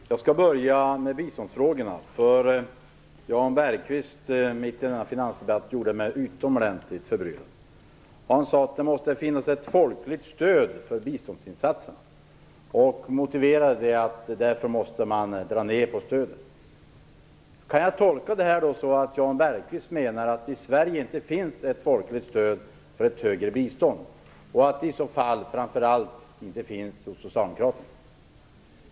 Herr talman! Jag skall börja med biståndsfrågorna, eftersom Jan Bergqvist mitt i denna finansdebatt gjorde mig utomordentligt förbryllad. Han sade att det måste finnas ett folkligt stöd för biståndsinsatserna och motiverade därmed en neddragning av biståndet. Kan jag tolka detta så att Jan Bergqvist menar att det i Sverige inte finns ett folkligt stöd för ett högre bistånd och framför allt att det inte finns hos socialdemokraterna?